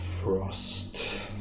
Frost